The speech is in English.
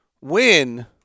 win